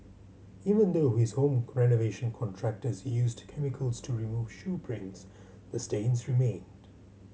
even though his home renovation contractors used chemicals to remove shoe prints the stains remained